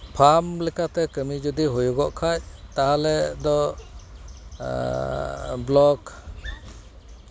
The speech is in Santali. ᱯᱷᱟᱨᱢ ᱞᱮᱠᱟᱛᱮ ᱠᱟᱹᱢᱤ ᱡᱩᱫᱤ ᱦᱩᱭᱩᱜᱚᱜ ᱠᱷᱟᱱ ᱛᱟᱦᱞᱮ ᱫᱚ ᱵᱞᱚᱠ